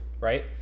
right